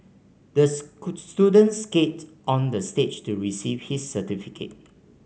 the student skated onto the stage to receive his certificate